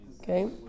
Okay